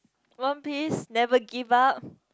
One-Piece never give up